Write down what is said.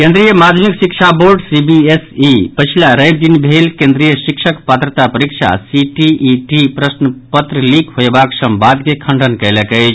केंद्रीय माध्यमिक शिक्षा बोर्ड सीबीएसई पछिला रवि दिन भेल केंद्रीय शिक्षक पात्रता परीक्षा सीटीईटी प्रश्न पत्र लीक होयबाक संवाद के खंडन कयलक अछि